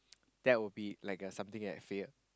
that will be like a something like failure